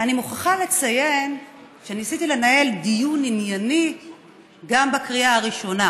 אני מוכרחה לציין שניסיתי לנהל דיון ענייני גם בקריאה הראשונה,